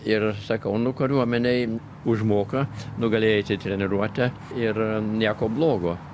ir sakau nu kariuomenėj užmoka nu gali eiti į treniruotę ir nieko blogo